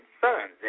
sons